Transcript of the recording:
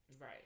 Right